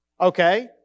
okay